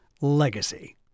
legacy